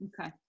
Okay